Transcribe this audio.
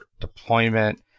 deployment